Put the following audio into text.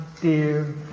dear